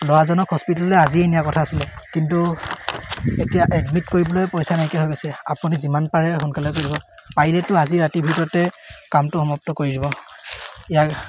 ল'ৰাজনক হস্পিটেললৈ আজিয়ে নিয়াৰ কথা আছিলে কিন্তু এতিয়া এডমিট কৰিবলৈ পইচা নাইকিয়া হৈ গৈছে আপুনি যিমান পাৰে সোনকালে কৰিব পাৰিলেতো আজি ৰাতিৰ ভিতৰতে কামটো সমাপ্ত কৰি দিব ইয়াক